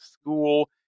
school